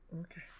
Okay